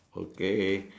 okay